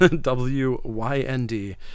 W-Y-N-D